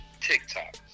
TikTok